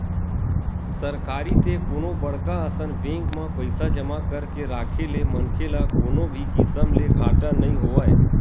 सरकारी ते कोनो बड़का असन बेंक म पइसा जमा करके राखे ले मनखे ल कोनो भी किसम ले घाटा नइ होवय